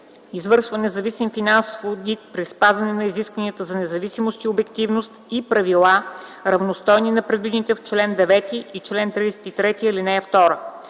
извършва независим финансов одит при спазване на изискванията за независимост и обективност и правила, равностойни на предвидените в чл. 9 и чл. 33, ал. 2;